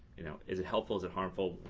you know, is it helpful, is it harmful?